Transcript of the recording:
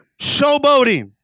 showboating